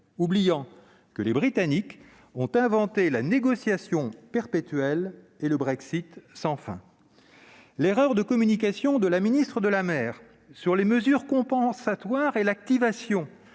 oubliant que les Britanniques ont inventé la négociation perpétuelle et le Brexit sans fin ... L'erreur de communication de la ministre de la mer sur les mesures compensatoires et l'activation